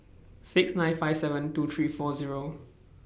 six nine five seven two three four Zero